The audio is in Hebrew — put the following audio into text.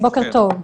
בוקר טוב.